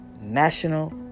National